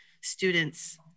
students